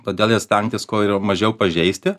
todėl ir stengtis kuo mažiau pažeisti